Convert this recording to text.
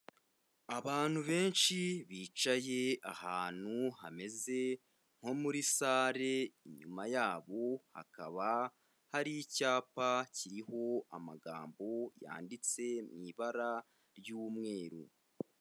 Abantu benshi bicaye ahantu hameze, nko muri sale, inyuma yabo hakaba hari icyapa, kiriho amagambo yanditse mu ibara ry'umweru.